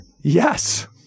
Yes